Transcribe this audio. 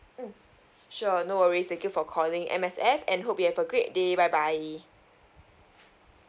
mm sure no worries thank you for calling M_S_F and hope you have a great day bye bye